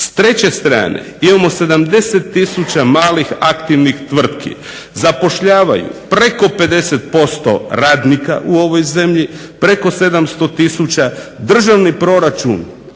S treće strane imamo 70 tisuća malih aktivnih tvrtki, zapošljavaju preko 50% radnika u ovoj zemlji, preko 700 tisuća, državni proračun